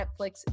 Netflix